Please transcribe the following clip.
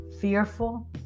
fearful